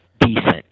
decent